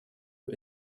who